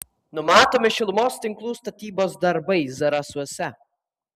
numatomi šilumos tinklų statybos darbai zarasuose